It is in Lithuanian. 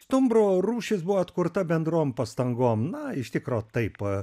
stumbro rūšis buvo atkurta bendrom pastangom na iš tikro taip